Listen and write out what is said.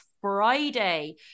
Friday